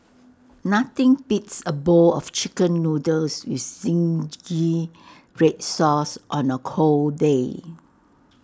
nothing beats A bowl of Chicken Noodles with Zingy Red Sauce on A cold day